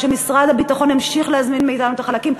שמשרד הביטחון ימשיך להזמין מאתנו את החלקים,